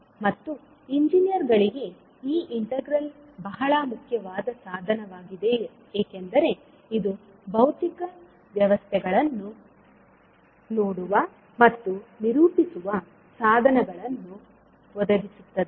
ಮತ್ತು ಇಂಜಿನಿಯರ್ಗಳಿಗೆ ಈ ಇಂಟಿಗ್ರಲ್ ಬಹಳ ಮುಖ್ಯವಾದ ಸಾಧನವಾಗಿದೆ ಏಕೆಂದರೆ ಇದು ಭೌತಿಕ ವ್ಯವಸ್ಥೆಗಳನ್ನು ನೋಡುವ ಮತ್ತು ನಿರೂಪಿಸುವ ಸಾಧನಗಳನ್ನು ಒದಗಿಸುತ್ತದೆ